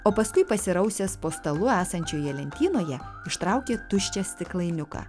o paskui pasirausęs po stalu esančioje lentynoje ištraukė tuščią stiklainiuką